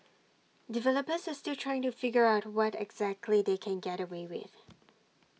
developers are still trying to figure out what exactly they can get away with